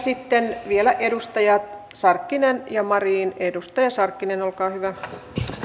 sitten vielä edustajat sarkkinen ja mariin edustaja sarkkinen olkaa hyvä marin